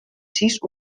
sis